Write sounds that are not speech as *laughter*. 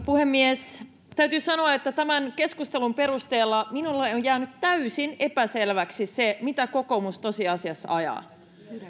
*unintelligible* puhemies täytyy sanoa että tämän keskustelun perusteella minulle on jäänyt täysin epäselväksi se mitä kokoomus tosiasiassa ajaa